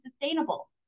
sustainable